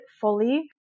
fully